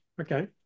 okay